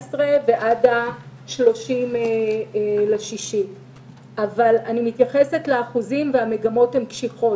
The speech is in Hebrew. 2018 ועד 30 ביוני 2021. אני מתייחסת לאחוזים והמגמות הן קשיחות.